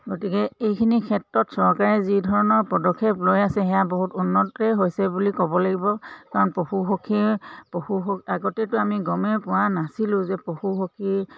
গতিকে এইখিনি ক্ষেত্ৰত চৰকাৰে যি ধৰণৰ পদক্ষেপ লৈ আছে সেয়া বহুত উন্নতেই হৈছে বুলি ক'ব লাগিব কাৰণ পশু পক্ষীয়ে পশু আগতেতো আমি গমেই পোৱা নাছিলোঁ যে পশু পক্ষী